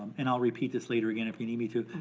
and i'll repeat this later again if you need me to,